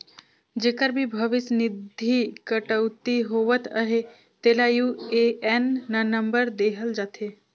जेकर भी भविस निधि कटउती होवत अहे तेला यू.ए.एन नंबर देहल जाथे